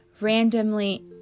randomly